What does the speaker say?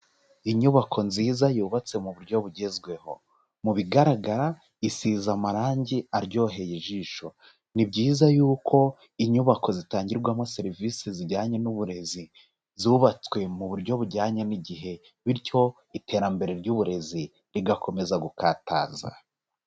Inyubako nziza yubatse mu buryo bugezweho, mu bigaragara isiza amarangi aryoheye ijisho, ni byiza yuko inyubako zitangirwamo serivisi zijyanye n'uburezi zubatswe mu buryo bujyanye n'igihe, bityo iterambere ry'uburezi rigakomeza gukataza.